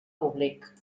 públic